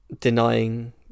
denying